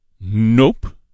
Nope